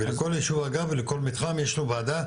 לכל יישוב אגב ולכל מתחם יש לו ועדה